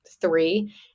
three